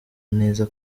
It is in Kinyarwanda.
neza